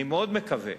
אני מאוד מקווה.